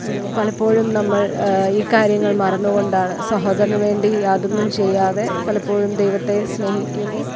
പലപ്പോഴും നമ്മൾ ഈ കാര്യങ്ങൾ മറന്നുകൊണ്ടാണ് സഹോദരന് വേണ്ടി യാതൊന്നും ചെയ്യാതെ പലപ്പോഴും ദൈവത്തെ സ്നേഹിക്കുന്നു